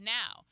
now